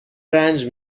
رنج